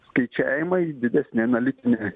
skaičiavimai didesnė analitiniai